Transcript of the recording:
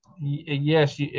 Yes